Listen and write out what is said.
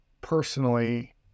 personally